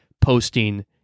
posting